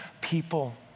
people